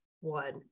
one